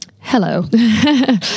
hello